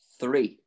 Three